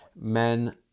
Men